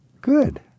Good